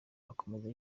akomeza